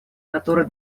которые